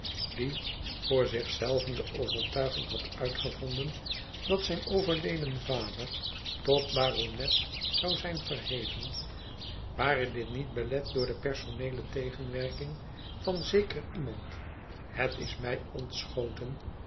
die voor zich zelven de overtuiging had uitgevonden dat zijn overleden vader tot baronet zou zijn verheven ware dit niet belet door de personeele tegenwerking van zeker iemand het is mij ontschoten